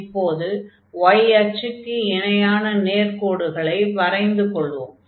இப்போது y அச்சுக்கு இணையான நேர்க்கோடுகளை வரைந்து கொள்வோம்